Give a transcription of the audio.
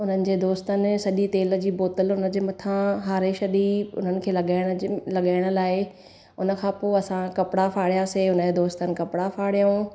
हुननि जे दोस्तनि सॼी तेल जी बोतलु हुनजे मथां हारे छॾी हुननि खे लॻाइणु जिम लॻाइण लाइ हुनखां पोइ असां कपिड़ा फाड़यासीं हुनजे दोस्तनि कपिड़ा फाड़यऊं